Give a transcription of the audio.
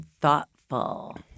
thoughtful